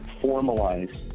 formalize